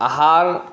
आहार